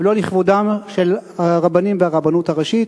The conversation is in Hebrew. לא לכבודם של הרבנים והרבנות הראשית,